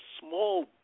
small